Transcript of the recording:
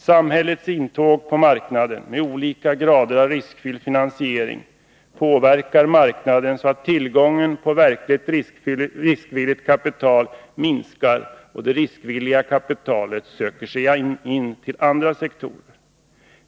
Samhällets intåg på marknaden med olika grader av riskfylld finansiering påverkar marknaden så att tillgången på verkligt riskvilligt kapital minskar. Det riskvilliga kapitalet söker sig till andra sektorer.